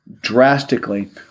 drastically